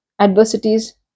Adversities